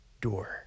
door